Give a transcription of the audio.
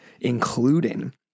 including